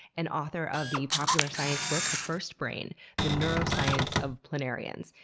and author of the popular science book, the first brain the neuroscience of planarians.